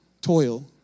toil